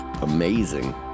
amazing